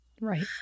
Right